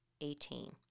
Eighteen